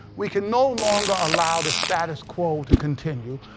we can no longer allow the status quo to continue.